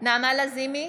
נעמה לזימי,